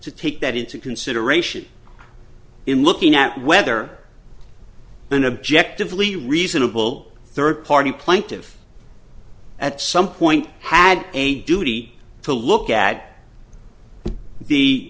to take that into consideration in looking at whether an objective lea reasonable third party plaintive at some point had a duty to look at the